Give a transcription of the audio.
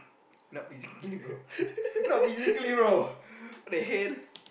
not physically bro not physically bro what the hell